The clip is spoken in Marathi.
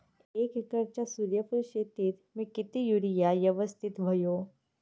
एक एकरच्या सूर्यफुल शेतीत मी किती युरिया यवस्तित व्हयो?